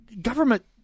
government